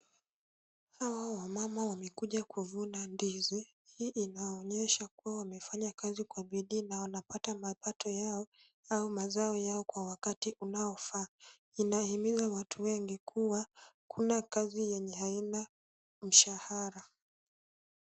Hawa wamama wamekuja kuvuna ndizi. Hii inaonyesha kuwa wamefanya kazi kwa bidii na wanapata mapato yao au mazao yao kwa wakati unaofaa. Inahimiza watu wengi kuwa hakuna kazi yenye haina mshahara.